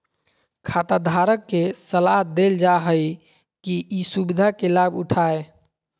खाताधारक के सलाह देल जा हइ कि ई सुविधा के लाभ उठाय